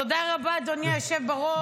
תודה רבה, אדוני היושב בראש.